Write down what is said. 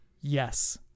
yes